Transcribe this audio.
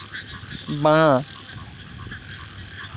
বাঁ